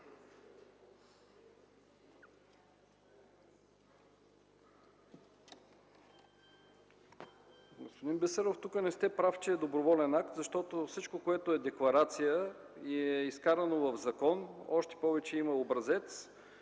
Господин Бисеров, тук не сте прав, че е доброволен акт, защото всичко, което е декларация и е изкарано в закон, още повече има образец,